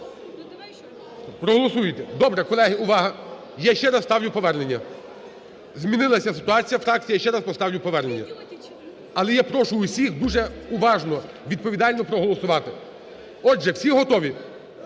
Проголосуєте? Добре, колеги, увага! Я ще раз ставлю повернення змінилася ситуація у фракції, я ще раз поставлю повернення. Але я прошу всіх дуже уважно, відповідально проголосувати. Отже, всі готові?